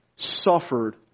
suffered